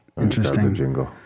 Interesting